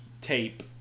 tape